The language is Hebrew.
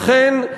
לכן,